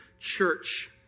church